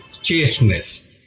chasteness